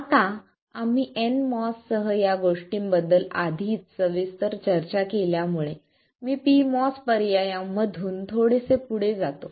आता आम्ही nMOS सह या गोष्टींबद्दल आधीच सविस्तर चर्चा केल्यामुळे मी pMOS पर्यायांमधून थोडेसे पुढे जाऊ